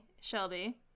Shelby